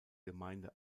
gemeinde